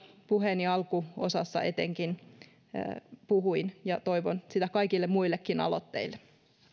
puheeni alkuosassa etenkin puhuin ja toivon sitä kaikille muillekin aloitteille